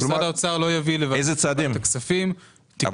שמשרד האוצר לא יביא לוועדת הכספים תיקון